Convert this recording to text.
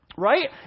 right